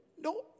No